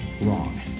Wrong